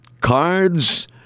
cards